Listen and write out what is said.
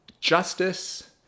justice